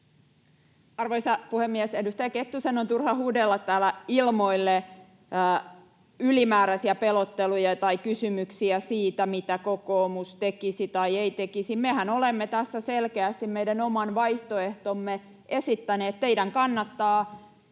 Arvoisa puhemies! Edustaja Kettusen on turha huudella täällä ilmoille ylimääräisiä pelotteluja tai kysymyksiä siitä, mitä kokoomus tekisi tai ei tekisi. Mehän olemme tässä selkeästi meidän oman vaihtoehtomme esittäneet. Teidän kannattaa